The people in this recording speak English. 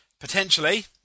potentially